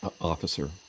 officer